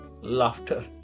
laughter